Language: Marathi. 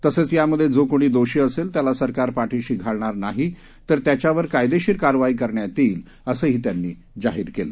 तसेच यामध्ये जो कोणी दोषी असेल त्याला सरकार पाठीशी घालणार नाही तर त्याच्यावर कायदेशीर कारवाई करण्यात येईल असेही त्यांनी जाहीर केले